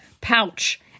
pouch